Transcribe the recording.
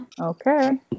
Okay